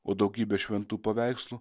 o daugybę šventų paveikslų